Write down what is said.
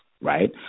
right